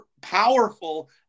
powerful